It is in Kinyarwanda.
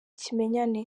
kimenyane